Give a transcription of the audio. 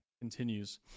continues